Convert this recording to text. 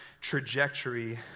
trajectory